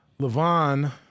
LeVon